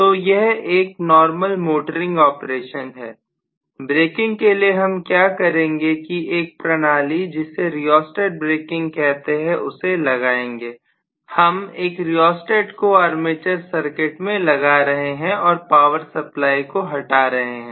तो यह एक नॉर्मल मोटरिंग ऑपरेशन है ब्रेकिंग के लिए हम क्या करेंगे कि एक प्रणाली जिसे रियोस्टेट ब्रेकिंग कहते हैं उसे लगाएंगे हम एक रियोस्टेट को आर्मेचर सर्किट में लगा रहे हैं और पावर सप्लाई को हटा रहे हैं